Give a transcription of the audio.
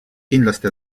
kindlasti